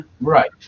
Right